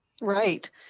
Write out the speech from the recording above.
Right